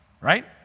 Right